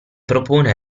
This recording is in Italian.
propone